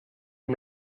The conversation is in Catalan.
amb